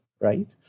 right